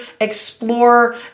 Explore